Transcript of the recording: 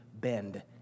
bend